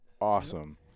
awesome